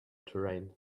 terrain